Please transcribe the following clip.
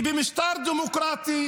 כי במשטר דמוקרטי